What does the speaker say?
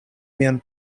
mian